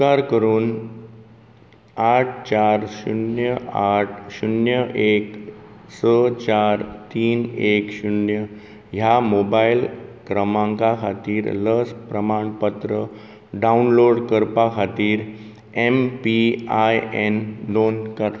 उपकार करून आठ चार शुन्य आठ शुन्य एक स चार तीन एक शुन्य ह्या मोबायल क्रमांका खातीर लस प्रमाणपत्र डावनलोड करपा खातीर एम पी आय एन नोंद कर